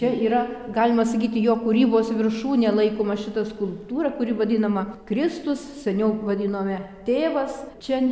čia yra galima sakyti jo kūrybos viršūne laikoma šita skulptūra kuri vadinama kristus seniau vadinome tėvas čia